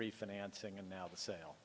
refinancing and now the sale